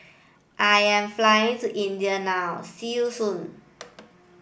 I am flying to India now see you soon